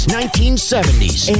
1970s